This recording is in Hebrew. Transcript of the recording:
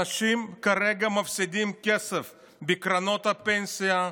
אנשים כרגע מפסידים כסף בקרנות הפנסיה,